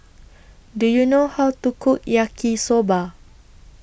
Do YOU know How to Cook Yaki Soba